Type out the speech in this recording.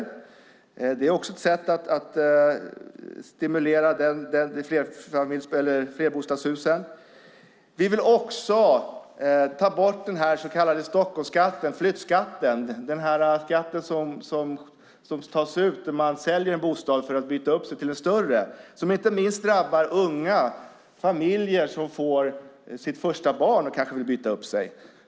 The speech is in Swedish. Också det är ett sätt att stimulera byggandet av flerbostadshus. Vidare vill vi ta bort den så kallade Stockholmsskatten, flyttskatten. Det är den skatt som tas ut när man säljer en bostad för att byta upp sig till en större. Den drabbar inte minst unga, familjer som får sitt första barn och kanske vill byta upp sig.